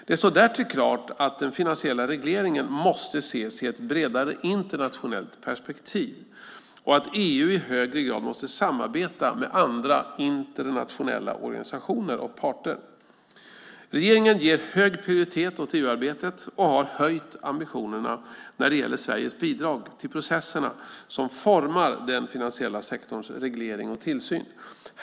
Det står därtill klart att den finansiella regleringen måste ses i ett bredare internationellt perspektiv och att EU i högre grad måste samarbeta med andra internationella organisationer och parter. Regeringen ger hög prioritet åt EU-arbetet och har höjt ambitionerna när det gäller Sveriges bidrag till processerna som formar den finansiella sektorns reglering och tillsyn.